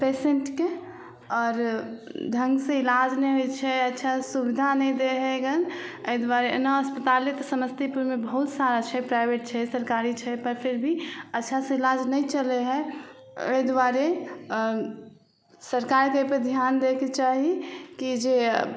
पेशेन्टके आओर ढङ्गसे इलाज नहि होइ छै अच्छा सुविधा नहि दै हइ गन एहि दुआरे एना अस्पताले तऽ समस्तीपुरमे बहुत सारा छै प्राइवेट छै सरकारी छै पर फिर भी अच्छासे इलाज नहि चलै हइ एहि दुआरे अँ सरकारके एहिपर धिआन दैके चाही कि जे